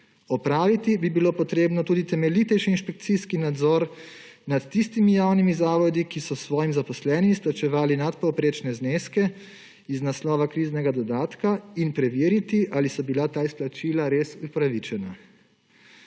Opraviti bi bilo potrebno tudi temeljitejši inšpekcijski nadzor nad tistimi javnimi zavodi, ki so svojim zaposlenim izplačevali nadpovprečne zneske iz naslova kriznega dodatka, in preveriti, ali so bila ta izplačila res upravičena.